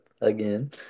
again